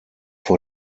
vor